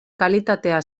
kalitatea